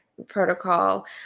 Protocol